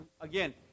Again